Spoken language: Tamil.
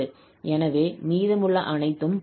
எனவே மீதமுள்ள அனைத்தும் பொருந்தும்